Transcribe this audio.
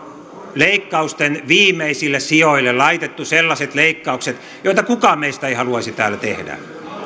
leikkausten viimeisille sijoille laitettu sellaiset leikkaukset joita kukaan meistä ei haluaisi täällä tehdä